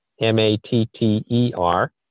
M-A-T-T-E-R